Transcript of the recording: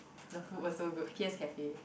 the food was so good P_S-Cafe